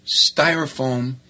styrofoam